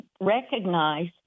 recognize